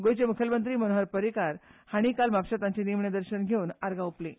गोंयचे मुखेलमंत्री मनोहर पर्रीकार हांणी काल म्हापशां तांचे निमणें दर्शन घेवन आर्गां ओंपलीं